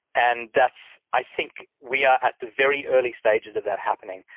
and that's, i think we are at the very early stages of that happening.